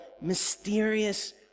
mysterious